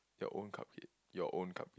your own cupcake your own cup